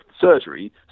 surgery